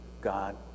God